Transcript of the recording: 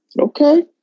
Okay